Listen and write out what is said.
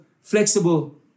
flexible